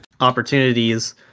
opportunities